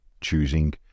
choosing